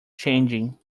changing